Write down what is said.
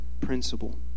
principle